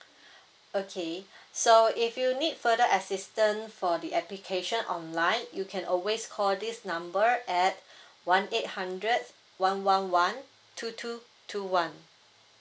okay so if you need further assistant for the application online you can always call this number at one eight hundred one one one two two two one